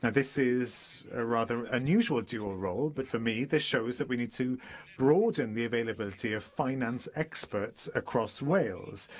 and this is a rather unusual dual role, but for me this shows that we need to broaden the availability of finance experts across wales.